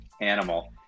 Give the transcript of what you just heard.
animal